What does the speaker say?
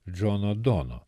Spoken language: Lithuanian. džono dono